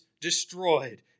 destroyed